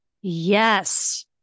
Yes